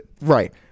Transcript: Right